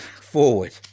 forward